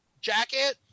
Jacket